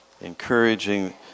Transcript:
encouraging